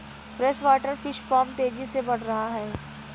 freshwater fish farm तेजी से बढ़ रहा है